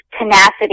tenacity